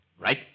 Right